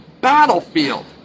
battlefield